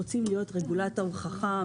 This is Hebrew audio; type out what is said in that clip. רוצים להיות רגולטור חכם,